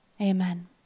Amen